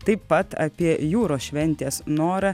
taip pat apie jūros šventės norą